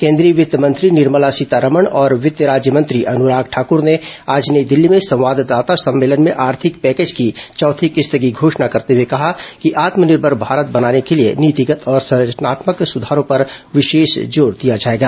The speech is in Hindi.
केंद्रीय वित्त मंत्री निर्मला सीतारमण और वित्त राज्यमंत्री अनुराग ठाकर ने आज नई दिल्ली में संवाददाता सम्मेलन में आर्थिक पैकेज की चौथी किस्त की घोषणा करते हुए कहा कि आत्मनिर्भर भारत बनाने के लिए नीतिगत और संरचनात्मक सुधारों पर विशेष जोर दिया जाएगा